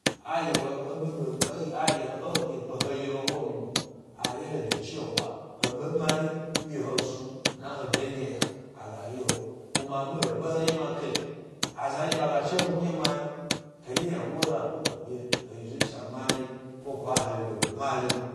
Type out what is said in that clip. Aye he e ɓe aye he e-ɗye pke he yi ewo nu mo. Aye he docewa, he ɓe mari nɗye he snu dria he dangi yna. Aga ye he kuma ɓeɓe haɗye ma azanɗye ynango he ga pkoko ɗye he yi zuciya mari ko kwa he yi wyegn mari.